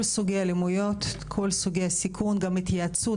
כל סוגי אלימויות, כל סוגי הסיכון, גם התייעצות.